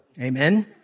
Amen